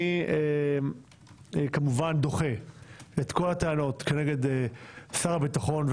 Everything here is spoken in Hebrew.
אני כמובן דוחה את כל הטענות כנגד שר הביטחון,